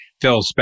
Phil